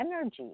energy